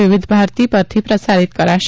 વિવિધ ભારતી પરથી પ્રસારિત કરાશે